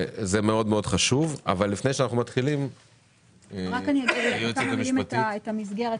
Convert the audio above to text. אני אומר כמה מלים לגבי המסגרת.